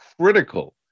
critical